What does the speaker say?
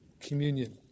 communion